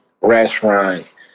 restaurant